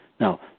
Now